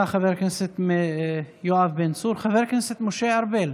חבר הכנסת אבו שחאדה,